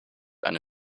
eine